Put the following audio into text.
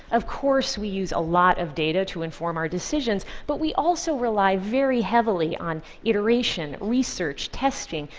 of course we use a lot of data to inform our decisions, but we also rely very heavily on iteration, research, testing,